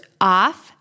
off